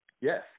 yes